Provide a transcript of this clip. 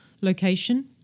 location